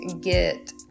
get